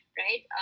right